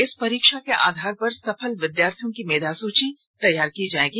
इस परीक्षा के आधार पर सफल विद्यार्थियों की मेधा सुची तैयार की जाएगी